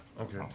Okay